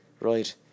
right